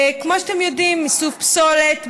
כמו שאתם יודעים, איסוף הפסולת בעייתי.